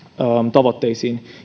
tavoitteisiin